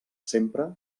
sempre